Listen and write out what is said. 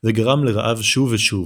וגרם לרעב שוב ושוב,